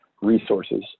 resources